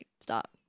stop